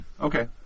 Okay